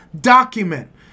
document